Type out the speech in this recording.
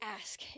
ask